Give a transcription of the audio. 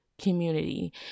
community